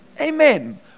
Amen